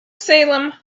salem